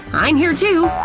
i'm here too!